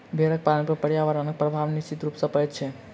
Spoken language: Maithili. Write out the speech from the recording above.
भेंड़ पालन पर पर्यावरणक प्रभाव निश्चित रूप सॅ पड़ैत छै